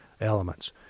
elements